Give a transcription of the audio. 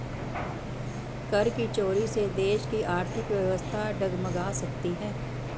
कर की चोरी से देश की आर्थिक व्यवस्था डगमगा सकती है